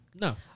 No